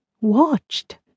watched